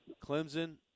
Clemson